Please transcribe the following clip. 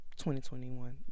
2021